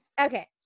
okay